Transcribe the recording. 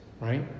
right